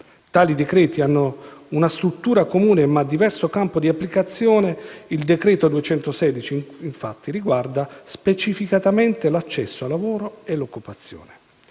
Tali decreti hanno una struttura comune, ma diverso campo di applicazione: il decreto n. 216 riguarda, infatti, specificamente l'accesso al lavoro e l'occupazione.